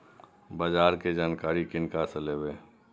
बाजार कै जानकारी किनका से लेवे?